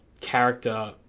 character